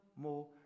more